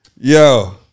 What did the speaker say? yo